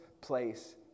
place